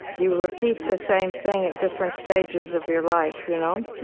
you repeat the same thing at different stages of your life, you know